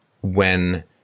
when-